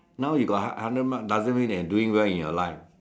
now you got hundred marks doesn't mean that you are doing well in your life